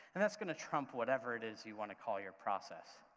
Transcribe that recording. and that's going to trump whatever it is you want to call your process,